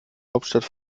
hauptstadt